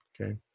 Okay